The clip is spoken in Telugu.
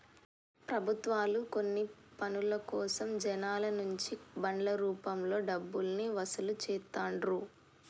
ప్రభుత్వాలు కొన్ని పనుల కోసం జనాల నుంచి బాండ్ల రూపంలో డబ్బుల్ని వసూలు చేత్తండ్రు